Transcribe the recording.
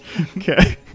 Okay